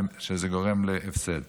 שזה גורם להפסד,